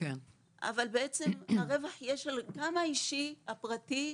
אבל בעצם הרווח יהיה גם האישי, הפרטי,